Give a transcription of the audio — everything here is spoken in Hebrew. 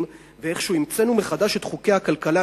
ואיכשהו המצאנו מחדש את חוקי הכלכלה,